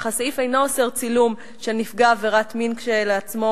אך הסעיף אינו אוסר צילום של נפגע עבירת מין כשלעצמו,